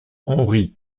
henry